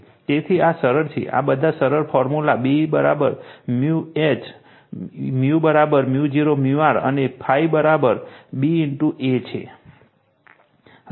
તેથી આ સરળ છે આ બધા સરળ ફૉર્મૂલા B 𝜇 H 𝜇 𝜇0 𝜇r અને ∅ B A છે